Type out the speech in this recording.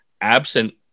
absent